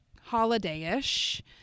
holiday-ish